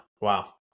wow